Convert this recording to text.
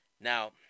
Now